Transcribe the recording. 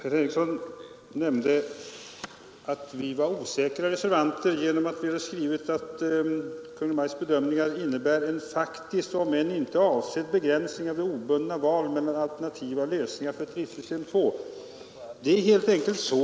Herr talman! Herr Henrikson sade att vi reservanter var osäkra och erinrade om att vi skrivit att Kungl. Maj:ts bedömningar innebär en faktisk om än inte avsedd begränsning av det obundna valet mellan alternativa lösningar för ett driftsystem 2.